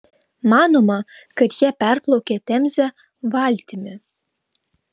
manoma kad jie perplaukė temzę valtimi